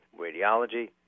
radiology